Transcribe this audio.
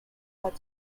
that